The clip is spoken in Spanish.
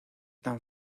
tan